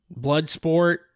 Bloodsport